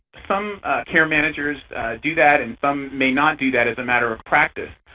some care managers do that and some may not do that as a matter of practice.